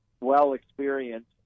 well-experienced